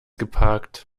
geparkt